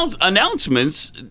announcements